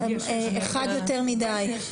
אחד יותר מדי.